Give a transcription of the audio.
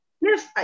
Yes